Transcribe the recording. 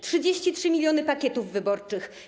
33 mln pakietów wyborczych.